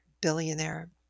billionaire